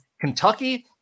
Kentucky